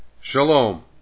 Shalom